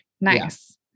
nice